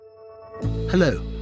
Hello